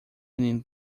menino